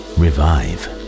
revive